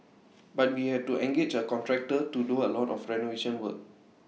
but we had to engage A contractor to do A lot of renovation work